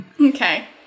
Okay